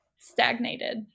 stagnated